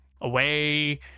away